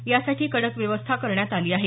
यासाठी कडक व्यवस्था करण्यात आली आहे